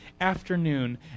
afternoon